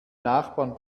nachbarn